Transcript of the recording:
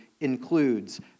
includes